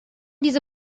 diese